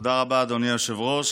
תודה רבה, אדוני היושב-ראש.